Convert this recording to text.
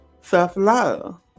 self-love